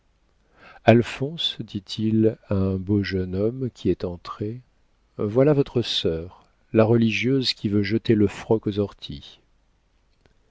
alphonse dit-il à un beau jeune homme qui est entré voilà votre sœur la religieuse qui veut jeter le froc aux orties